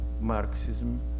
Marxism